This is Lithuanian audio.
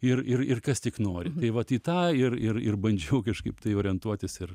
ir ir ir kas tik nori vat į tą ir ir ir bandžiau kažkaip tai orientuotis ir